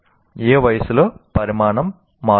ఏ వయస్సులో పరిమాణం మారుతుంది